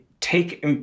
Take